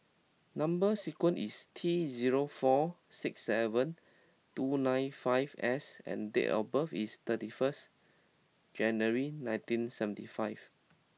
number sequence is T zero four six seven two nine five S and date of birth is thirty first January nineteen seventy five